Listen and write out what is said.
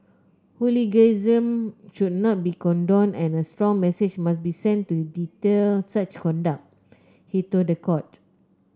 hooliganism should not be condoned and a strong message must be sent to deter such conduct he told the court